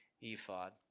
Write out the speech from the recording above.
ephod